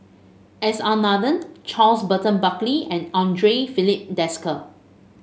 S R Nathan Charles Burton Buckley and Andre Filipe Desker